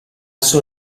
sua